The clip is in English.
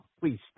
Please